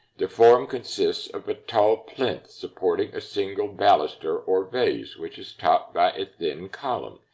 the form consists of a tall plinth supporting a single baluster or vase, which is topped by a thin column.